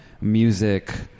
Music